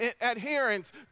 adherence